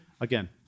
again